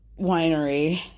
winery